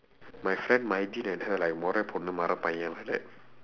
my friend and her like மொற பொண்ணு மொற பையன்:mora ponnu mora paiyan like that